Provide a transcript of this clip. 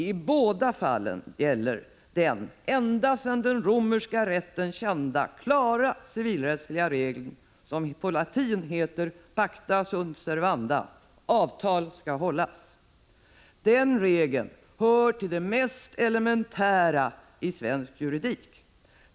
I båda fallen gäller den ända sedan den romerska rätten kända klara civilrättsliga regeln, som på latin heter ”pacta sunt servanda” — avtal skall hållas. Den regeln hör till det mest elementära i svensk juridik.